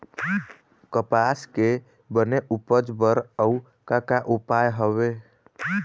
कपास के बने उपज बर अउ का का उपाय हवे?